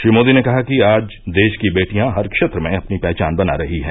श्री मोदी ने कहा कि आज देश की बेटियां हर क्षेत्र में अपनी पहचान बना रही हैं